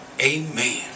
Amen